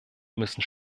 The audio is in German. müssen